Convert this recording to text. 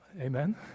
amen